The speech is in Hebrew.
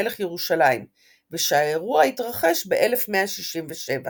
מלך ירושלים ושהאירוע התרחש ב-1167.